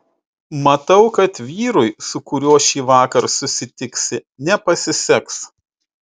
matau kad vyrui su kuriuo šįvakar susitiksi nepasiseks